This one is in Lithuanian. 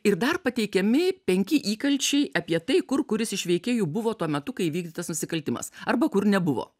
ir dar pateikiami penki įkalčiai apie tai kur kuris iš veikėjų buvo tuo metu kai įvykdytas nusikaltimas arba kur nebuvo